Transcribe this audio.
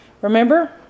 Remember